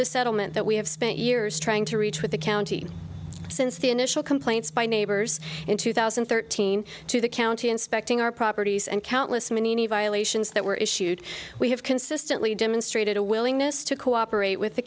the settlement that we have spent years trying to reach with the county since the initial complaints by neighbors in two thousand and thirteen to the county inspecting our properties and countless many violations that were issued we have consistently demonstrated a willingness to cooperate with the